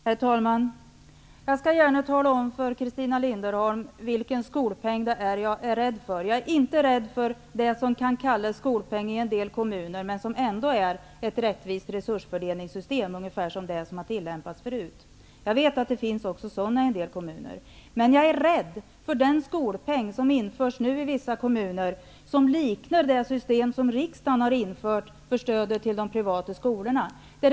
Herr talman! Jag skall gärna tala om för Christina Linderholm vilken skolpeng jag är rädd för. Jag är inte rädd för det som kan kallas skolpeng i en del kommuner men som ändå är ett rättvist resursfördelningssystem, ungefär som det som har tillämpats tidigare. Jag vet att det finns sådana system i en del kommuner. Jag är rädd för den skolpeng som nu införs i vissa kommuner, som liknar det system som riksdagen har infört för stödet till de privata skolorna.